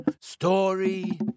Story